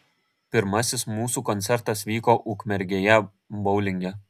pirmasis mūsų koncertas vyko ukmergėje boulinge